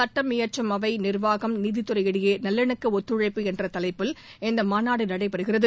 சுட்டம் இயற்றும் அவை நிர்வாகம் நீதித்துறை இடையே நல்லிணக்க ஒத்துழைப்பு என்ற தவைப்பில் இந்த மாநாடு நடைபெறுகிறது